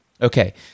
Okay